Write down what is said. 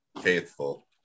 faithful